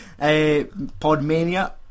Podmania